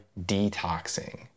detoxing